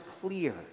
clear